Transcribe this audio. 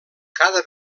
cada